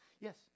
Yes